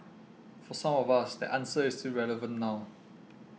for some of us that answer is still relevant now